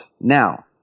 Now